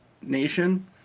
nation